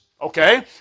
Okay